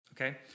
Okay